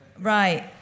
Right